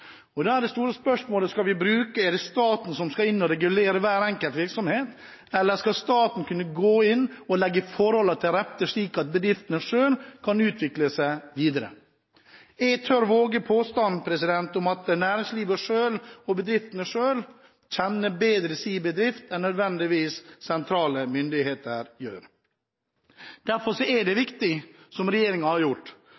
dette. Da er det store spørsmålet: Er det staten som skal inn og regulere hver enkelt virksomhet, eller skal staten gå inn og legge forholdene til rette, slik at bedriftene selv kan utvikle seg videre? Jeg tør våge påstanden at næringslivet selv og bedriftene selv nødvendigvis kjenner sin bedrift bedre enn det sentrale myndigheter gjør. Derfor er det